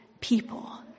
people